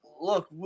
look